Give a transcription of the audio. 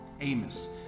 Amos